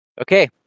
Okay